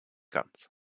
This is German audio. ganz